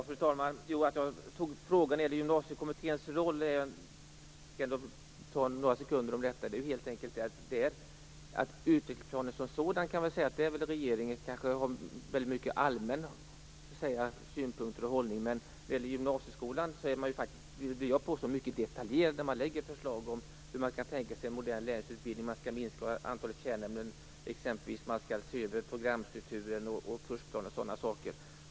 Fru talman! Jag skall säga något om anledningen till att jag tog upp frågan om gymnasiekommitténs roll. Vad gäller utvecklingsplanen som sådan kan väl regeringen ha mycket allmänna synpunkter och en allmän hållning, men jag menar att man är mycket detaljerad i de förslag som gäller gymnasieskolan, hur man kan tänka sig en modern lärlingsutbildning, att man skall minska antalet kärnämnen och se över programstrukturen och kursplanen.